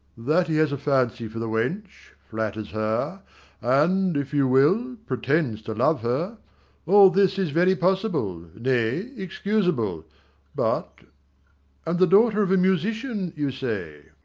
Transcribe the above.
that he has a fancy for the wench flatters her and, if you will, pretends to love her all this is very possible nay excusable but and the daughter of a musician, you say?